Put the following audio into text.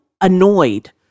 annoyed